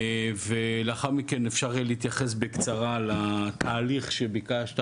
לאחר מכן אפשר יהיה להתייחס בקצרה לתהליך שביקשת,